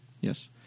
Yes